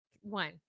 One